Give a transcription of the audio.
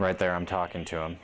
right there i'm talking to him